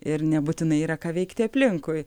ir nebūtinai yra ką veikti aplinkui